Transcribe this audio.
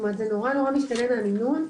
זה נורא משתנה מהמינון,